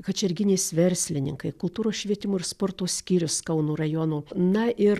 kačerginės verslininkai kultūros švietimo ir sporto skyrius kauno rajono na ir